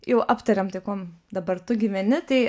jau aptarėm tai kuom dabar tu gyveni tai